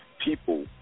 people